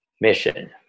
mission